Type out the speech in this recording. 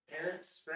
Parents